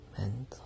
mental